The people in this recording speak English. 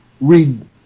read